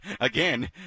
again